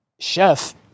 Chef